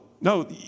no